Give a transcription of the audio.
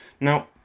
Now